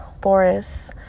Boris